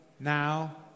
now